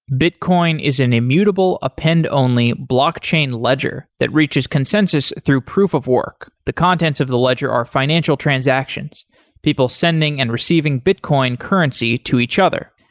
bitcoin is an immutable append-only blockchain ledger that reaches consensus through proof of work. the contents of the ledger are financial transactions people sending and receiving bitcoin currency to each other.